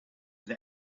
that